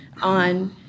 on